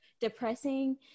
depressing